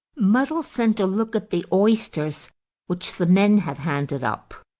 muddell sent a look at the oysters which the men had handed up.